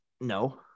No